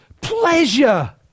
Pleasure